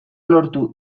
lortu